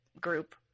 group